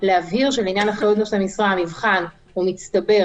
להבהיר שלעניין אחריות נושאי משרה המבחן הוא מצטבר,